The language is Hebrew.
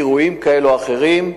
אירועים כאלה או אחרים,